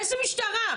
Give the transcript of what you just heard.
איזה משטרה?